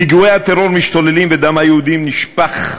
פיגועי הטרור משתוללים ודם היהודים נשפך,